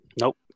Nope